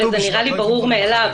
וזה נראה לי ברור מאליו,